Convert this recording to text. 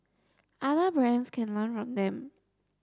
other brands can learn from them